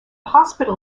hospital